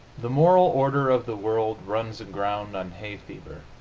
the moral order of the world runs aground on hay fever.